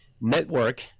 network